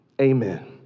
Amen